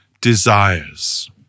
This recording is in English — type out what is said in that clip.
desires